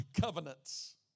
covenants